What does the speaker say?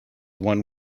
one